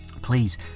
please